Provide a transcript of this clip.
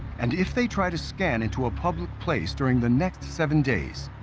and if they try to scan into a public place during the next seven days,